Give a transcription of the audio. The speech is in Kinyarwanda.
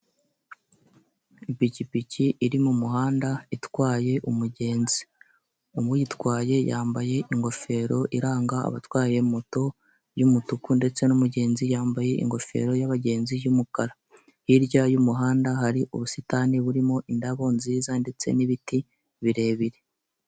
Ipikipiki iri mumuhanda itwaye umugenzi uyitwaye yambaye ingofero iranga abatwaye moto y'umutuku ndetse numugenzi yambaye ingofero yabagenzi y'umukara hirya y'umuhanda hari ubusitani burimo indabo nziza ndetse nibiti birebire .